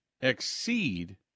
exceed